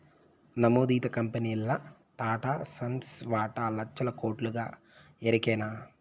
నమోదిత కంపెనీల్ల టాటాసన్స్ వాటా లచ్చల కోట్లుగా ఎరికనా